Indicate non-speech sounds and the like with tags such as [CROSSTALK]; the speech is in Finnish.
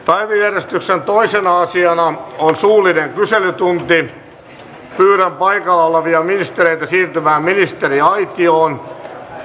[UNINTELLIGIBLE] päiväjärjestyksen toisena asiana on suullinen kyselytunti pyydän paikalla olevia ministereitä siirtymään ministeriaitioon